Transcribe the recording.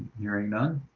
hearing none,